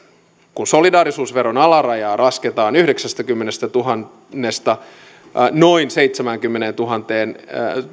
kun solidaarisuusveron alarajaa lasketaan yhdeksästäkymmenestätuhannesta noin seitsemänkymmenentuhannen